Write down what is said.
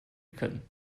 können